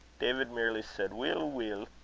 david merely said, weel, weel,